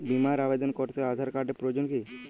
বিমার আবেদন করতে আধার কার্ডের প্রয়োজন কি?